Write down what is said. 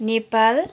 Nepal